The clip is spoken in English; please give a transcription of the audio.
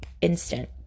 instant